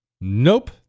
Nope